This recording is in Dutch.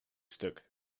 stuk